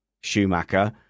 Schumacher